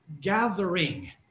gathering